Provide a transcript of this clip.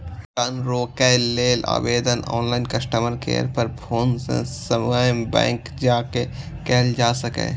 भुगतान रोकै लेल आवेदन ऑनलाइन, कस्टमर केयर पर फोन सं स्वयं बैंक जाके कैल जा सकैए